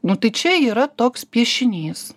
nu tai čia yra toks piešinys